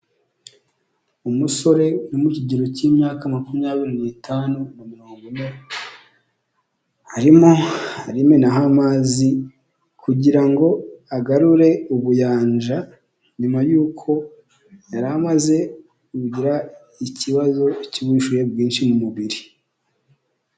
Umusore uri mu kigero k'imyaka makumyabiri n'itanu na mirongo ine, arimo arimenaho amazi kugira ngo agarure ubuyanja nyuma yuko yari amaze kugira ikibazo cy'ubushyuhe bwinshi mu mubiri.